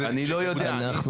אז זה --- אני לא יודע,